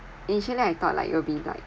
initially I thought like you'll be like